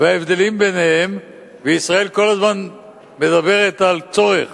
וההבדלים ביניהם, ישראל כל הזמן מדברת על צורך